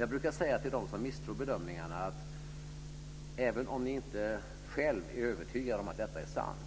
Jag brukar säga till dem som misstror bedömningarna att även om de själva inte är övertygade om att detta är sant